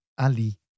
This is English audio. Ali